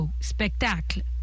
spectacle